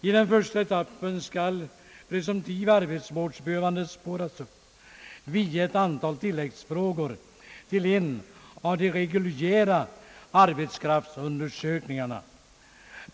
I den första etappen skall presumtiva arbetsvårdsbehövande spåras upp genom ett antal tilläggsfrågor till en av de reguljära arbetskraftsundersökningarna.